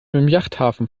yachthafen